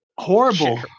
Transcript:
Horrible